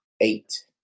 Eight